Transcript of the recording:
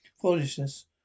Foolishness